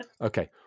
Okay